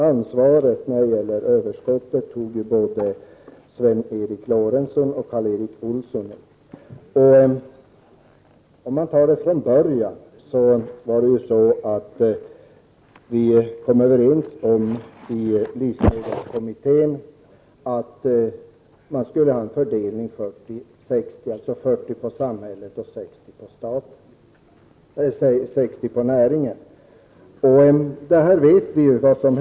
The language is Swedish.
Ansvaret när det gäller överskottet tog både Sven Eric Lorentzon och Karl Erik Olsson upp. Vi var i livsmedelskommittén överens om att man skulle ha en fördelning 40-60, dvs. 40 96 på samhället och 60 22 på näringen.